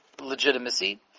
legitimacy